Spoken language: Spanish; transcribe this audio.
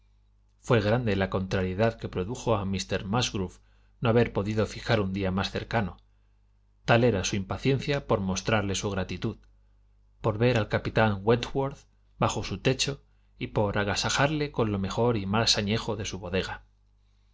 fué grande la contrariedad que produjo a míster musgrove no haber podido fijar un día más cercano tal era su impaciencia por mostrarle su gratitud por ver al capitán wentworth bajo su techo y por agasajarle con lo mejor y más añejo de su bodega